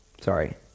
Sorry